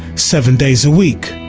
seven days a week.